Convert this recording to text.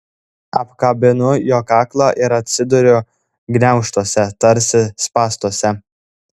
apkabinu jo kaklą ir atsiduriu gniaužtuose tarsi spąstuose